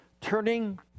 turning